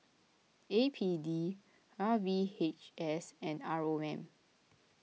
A P D R V H S and R O M